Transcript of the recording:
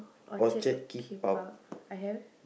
Orchard keep out I have